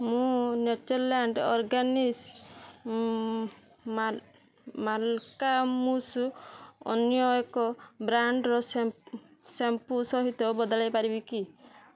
ମୁଁ Natureland organics ମାଲ୍ ମାଲ୍କା ମୂସୁ ଅନ୍ୟ ଏକ ବ୍ରାଣ୍ଡ୍ର ସେ ସେମ୍ପୂ ସହିତ ବଦଳାଇ ପାରିବି କି